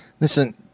Listen